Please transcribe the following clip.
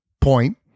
Point